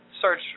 search